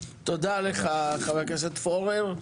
תודה לך, חבר הכנסת פורר.